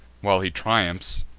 while he triumphs,